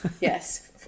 yes